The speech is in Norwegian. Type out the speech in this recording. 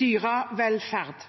dyrevelferd.